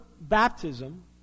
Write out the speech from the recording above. baptism